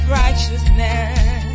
righteousness